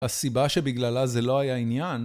הסיבה שבגללה זה לא היה עניין